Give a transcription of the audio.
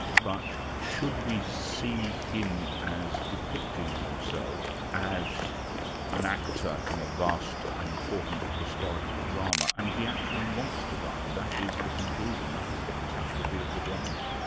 but should we see him as depicting himself as an actor in a vast and important historical drama, and he actually wants to die that is the conclusion, that is the catastrophe of the drama?